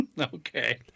Okay